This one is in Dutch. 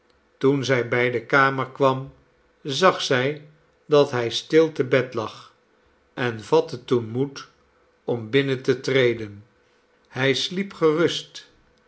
toen zij bij de kamer kwam zag zij dat hij stil te bed lag en vatte toen moed om binnen te treden hij sliep gerust